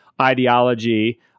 ideology